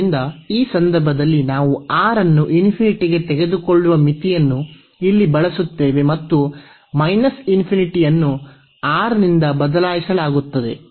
ಆದ್ದರಿಂದ ಈ ಸಂದರ್ಭದಲ್ಲಿ ನಾವು R ಅನ್ನು ಗೆ ತೆಗೆದುಕೊಳ್ಳುವ ಮಿತಿಯನ್ನು ಇಲ್ಲಿ ಬಳಸುತ್ತೇವೆ ಮತ್ತು ∞ ಅನ್ನು R ನಿಂದ ಬದಲಾಯಿಸಲಾಗುತ್ತದೆ